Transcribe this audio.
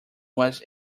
was